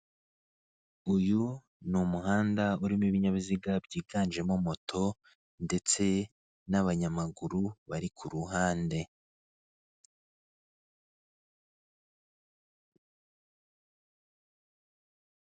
Uyu ni umuhanda urimo ibinyabiziga byiganjemo moto ndetse n'abanyamaguru bari ku ruhande.